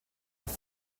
have